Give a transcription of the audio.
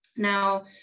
Now